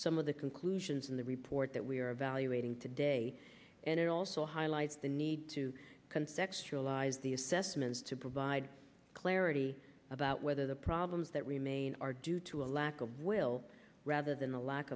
some of the conclusions in the report that we are evaluating today and it also highlights the need to conceptualize the assessments to provide clarity about whether the problems that remain are due to a lack of will rather than the lack